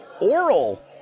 oral